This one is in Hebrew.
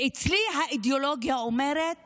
ואצלי האידיאולוגיה אומרת